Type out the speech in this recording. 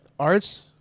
Arts